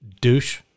douche